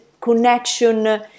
connection